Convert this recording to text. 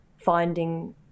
finding